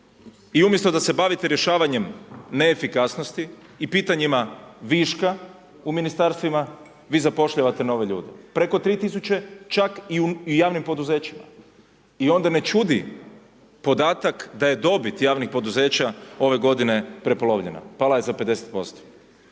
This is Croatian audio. I umjesto da se bavite rješavanjem neefikasnosti i pitanjima viška u Ministarstvima, vi zapošljavate nove ljude, preko 3.000, čak i u javnim poduzećima. I onda ne čudi podatak da je dobit javnih poduzeća ove godine prepolovljena, pala je za 50%.